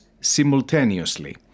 simultaneously